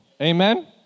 Amen